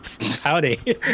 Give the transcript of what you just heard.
Howdy